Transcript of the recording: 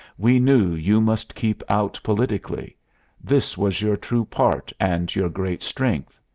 we knew you must keep out politically this was your true part and your great strength.